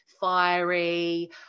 fiery